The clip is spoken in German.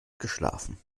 geschlafen